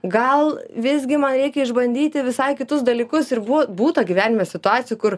gal visgi man reikia išbandyti visai kitus dalykus ir buvo būta gyvenime situacijų kur